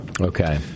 Okay